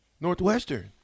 Northwestern